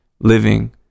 living